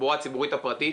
בתחבורה הציבורית הפרטית,